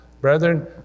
Brethren